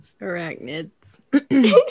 arachnids